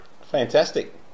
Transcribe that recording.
Fantastic